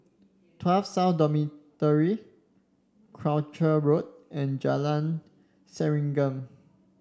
Tuas South Dormitory Croucher Road and Jalan Serengam